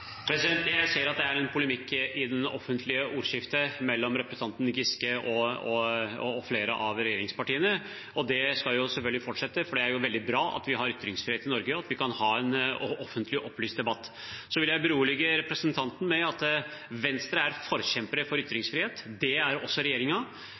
Jeg ser at det er en polemikk i det offentlige ordskiftet mellom representanten Giske og flere av regjeringspartiene, og det skal selvfølgelig fortsette, for det er veldig bra at vi har ytringsfrihet i Norge, at vi kan ha en offentlig og opplyst debatt. Så vil jeg berolige representanten med at Venstre er en forkjemper for